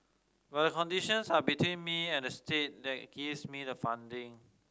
but conditions are between me and the state that gives me the funding